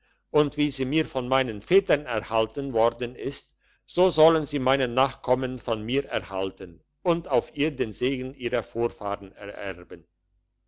und wie sie mir von meinen vätern erhalten worden ist so sollen sie meine nachkommen von mir erhalten und auf ihr den segen ihrer vorfahren ererben